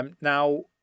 Now